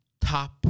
top